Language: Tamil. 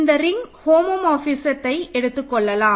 இந்த ரிங் ஹோமோமார்பிசத்தை எடுத்துக்கொள்ளலாம்